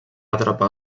atrapar